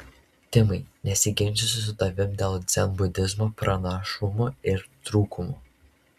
timai nesiginčysiu su tavimi dėl dzenbudizmo pranašumų ir trūkumų